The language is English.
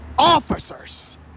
Officers